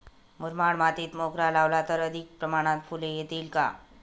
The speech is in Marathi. मुरमाड मातीत मोगरा लावला तर अधिक प्रमाणात फूले येतील का?